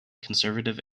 conservative